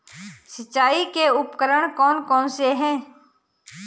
सिंचाई के उपकरण कौन कौन से हैं?